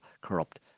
corrupt